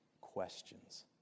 questions